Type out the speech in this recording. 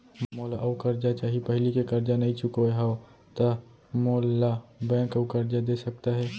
मोला अऊ करजा चाही पहिली के करजा नई चुकोय हव त मोल ला बैंक अऊ करजा दे सकता हे?